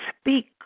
speak